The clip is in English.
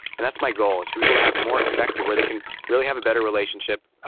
and that's my goal is for people to have more effect where they can really have a better relationship.